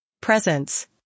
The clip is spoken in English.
presence